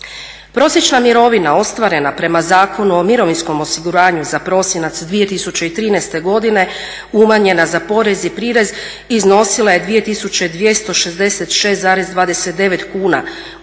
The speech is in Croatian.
Prosječna mirovina ostvarena prema Zakonu o mirovinskom osiguranju za prosinac 2013.godine umanjena za porez i prirez iznosila je 2.266,29 kuna,